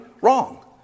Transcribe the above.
Wrong